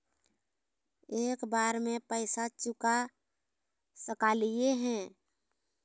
एक बार में पैसा चुका सकालिए है?